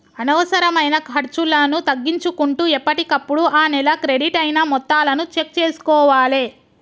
అనవసరమైన ఖర్చులను తగ్గించుకుంటూ ఎప్పటికప్పుడు ఆ నెల క్రెడిట్ అయిన మొత్తాలను చెక్ చేసుకోవాలే